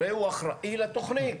הוא אחראי לתכנית.